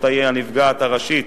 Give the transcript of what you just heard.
היא הנפגעת הראשית